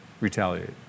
retaliate